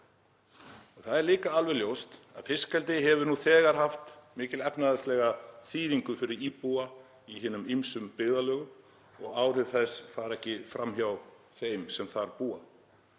Það er líka alveg ljóst að fiskeldi hefur nú þegar haft mikla efnahagslega þýðingu fyrir íbúa í hinum ýmsu byggðarlögum og áhrif þess fara ekki fram hjá þeim sem þar búa.